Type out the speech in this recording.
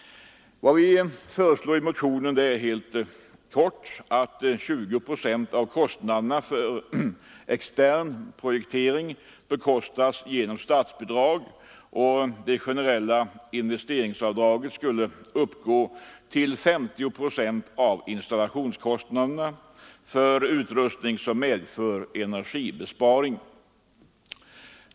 Vad vi föreslår i motionen är helt kort att 20 procent av kostnaderna för extern projektering skulle finansieras genom statsbidrag och att det generella investeringsavdraget skulle uppgå till 50 procent av installationskostnaderna för utrustning som medför energibesparing.